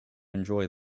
enjoy